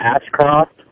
Ashcroft